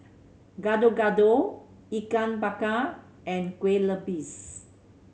Gado Gado Ikan Bakar and Kueh Lupis